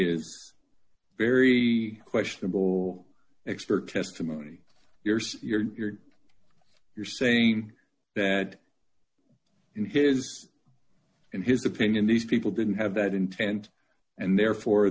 is very questionable expect testimony years you're you're saying that in his in his opinion these people didn't have that intent and therefore